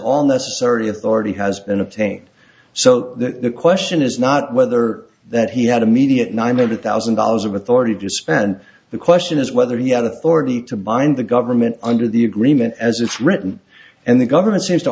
on the thirtieth already has been obtained so the question is not whether that he had immediate ninety thousand dollars of authority to spend the question is whether he had authority to bind the government under the agreement as it's written and the government seems to